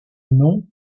nom